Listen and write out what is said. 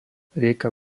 rieka